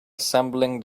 assembling